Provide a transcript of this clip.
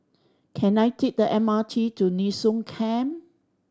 can I take the M R T to Nee Soon Camp